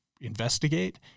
investigate